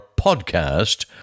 podcast